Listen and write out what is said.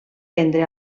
prendre